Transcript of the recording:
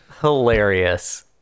Hilarious